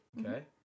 Okay